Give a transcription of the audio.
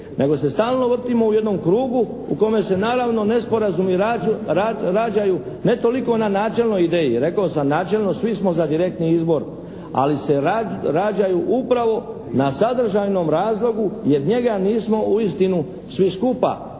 nego se stalno vrtimo u jednom krugu u kome se naravno nesporazumi rađaju ne toliko na načelnoj ideji. Rekao sam načelno svi smo za direktni izbor, ali se rađaju upravo na sadržajnom razlogu jer njega nismo uistinu svi skupa